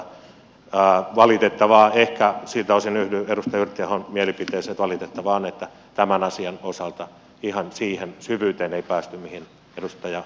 siltä osin yhdyn edustaja yrttiahon mielipiteeseen että valitettavaa on että tämän asian osalta ihan siihen syvyyteen ei päästy mihin edustaja yrttiaho toivoi